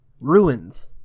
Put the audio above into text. ruins